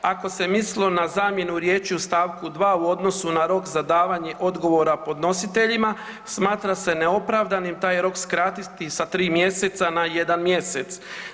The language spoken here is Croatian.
Ako se mislilo na zamjenu riječi u stavku 2. u odnosu na rok za davanje odgovora podnositeljima smatra se neopravdanim taj rok skratiti sa tri mjeseca na jedan mjesec.